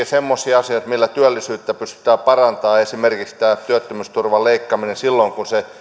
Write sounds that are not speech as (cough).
(unintelligible) semmoiset asiat millä työllisyyttä pystytään parantamaan esimerkiksi tämä työttömyysturvan leikkaaminen silloin kun se